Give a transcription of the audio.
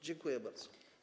Dziękuję bardzo.